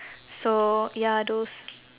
so ya those